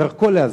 דרכו להזיק,